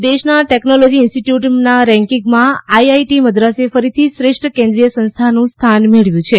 ranking દેશના technology ઈન્સ્ટિટયૂટનાં રેન્કિંગમાં આઇઆઈટી મદ્રાસે ફરીથી શ્રેષ્ઠ કેન્દ્રિય સંસ્થા તરીકે સ્થાન મેળવ્યું છે